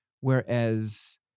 whereas